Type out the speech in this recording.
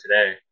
today